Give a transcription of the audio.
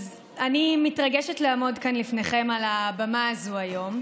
אני מתרגשת לעמוד כאן לפניכם על הבמה הזאת היום,